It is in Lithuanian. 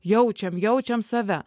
jaučiam jaučiam save